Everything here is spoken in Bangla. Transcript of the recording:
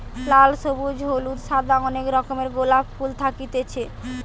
লাল, সবুজ, হলুদ, সাদা অনেক রকমের গোলাপ ফুল থাকতিছে